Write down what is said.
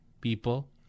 people